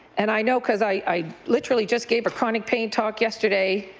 and i know because i i literally just gave chronic pain talk yesterday